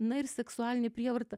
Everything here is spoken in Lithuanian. na ir seksualinė prievarta